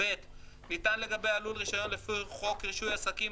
ניתן לגבי הלול רישיון לפי חוק רישוי עסקים,